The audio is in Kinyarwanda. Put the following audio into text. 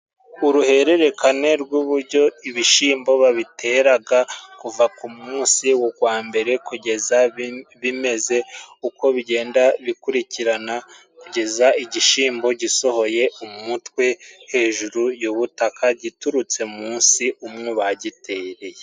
Uruhererekane rw'uburyo ibishimbo babiteraga kuva munsi wambere kugeza bimeze. Uko bigenda bikurikirana kugeza igishimbo gisohoye umutwe hejuru yubutaka, giturutse munsi umwo bagitereye.